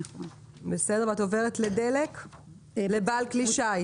את עוברת ל"בוצת שמן".